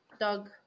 Doug